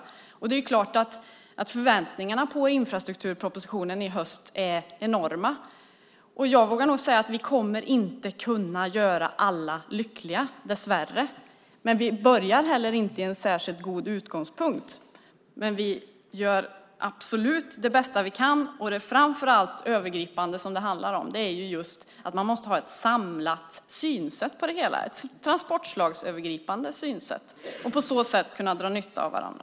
Det är klart att förväntningarna på infrastrukturpropositionen i höst är enorma. Jag vågar nog säga att vi inte kommer att kunna göra alla lyckliga, dessvärre. Vi börjar heller inte i en särskilt god utgångspunkt. Men vi gör absolut det bästa vi kan. Det övergripande som det handlar om är att man måste ha ett samlat synsätt på det hela, ett transportslagsövergripande synsätt och på så sätt kunna dra nytta av varandra.